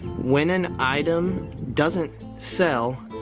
when an item doesn't sell,